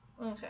okay